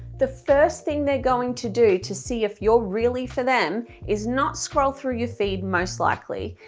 the first thing they're going to do to see if you're really for them is not scroll through your feed, most likely,